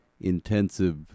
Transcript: intensive